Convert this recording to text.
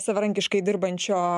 savarankiškai dirbančio